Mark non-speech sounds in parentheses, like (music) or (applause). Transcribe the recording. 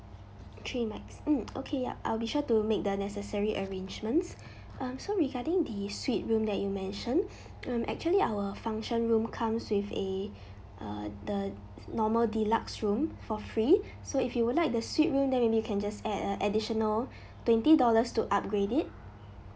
three mikes mm okay yup I'll be sure to make the necessary arrangements um so regarding the suite room that you mentioned um actually our function room comes with a uh the normal deluxe room for free (breath) so if you would like the suite room then maybe can just add a additional twenty dollars to upgrade it